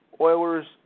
Oilers